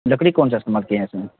لکڑی کون سا استعمال کیے ہیں اس میں